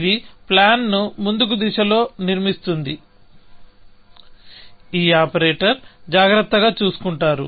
ఇది ప్లాన్ ను ముందుకు దిశలో నిర్మిస్తుంది ఈ ఆపరేటర్ జాగ్రత్తగా చూసుకుంటారు